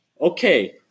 Okay